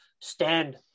stand